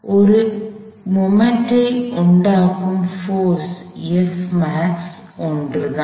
ஒரு கணத்தை உண்டாக்கும் போர்ஸ் ஒன்றுதான்